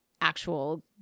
actual